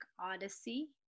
Odyssey